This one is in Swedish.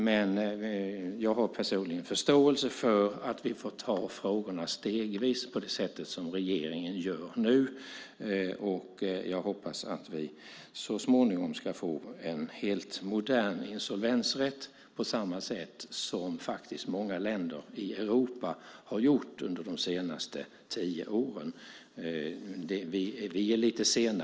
Men personligen har jag förståelse för att vi får ta frågorna stegvis, på det sätt som regeringen nu gör. Jag hoppas att vi så småningom får en helt modern insolvensrätt i likhet med vad många länder i Europa under de senaste tio åren har åstadkommit.